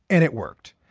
and it worked.